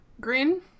Green